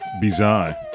bizarre